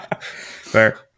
Fair